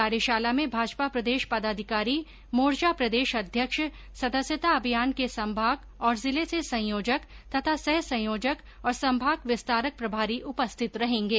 कार्यशाला में भाजपा प्रदेश पदाधिकारी मोर्चा प्रदेशाध्यक्ष सदस्यता अभियान के संभाग और जिले से संयोजक तथा सह संयोजक और संभाग विस्तारक प्रभारी उपस्थित रहेंगे